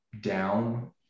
down